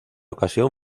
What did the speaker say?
ocasión